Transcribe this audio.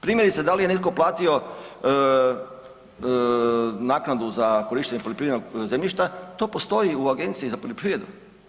Primjerice, da li je netko platio naknadu za korištenje poljoprivrednog zemljišta, to postoji u Agenciji za poljoprivredu.